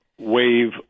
wave